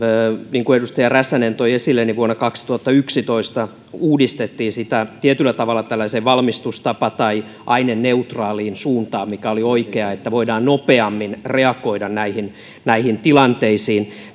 niin kuin edustaja räsänen toi esille vuonna kaksituhattayksitoista tätä uudistettiin tietyllä tavalla tällaiseen valmistustapa tai aineneutraaliin suuntaan mikä oli oikea suunta jolloin voidaan nopeammin reagoida näihin näihin tilanteisiin